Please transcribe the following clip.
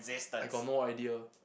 I got no idea